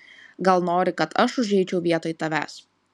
gal nori kad aš užeičiau vietoj tavęs